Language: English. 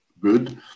good